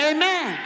Amen